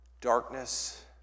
darkness